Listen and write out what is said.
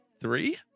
Three